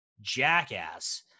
jackass –